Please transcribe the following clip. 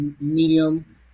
medium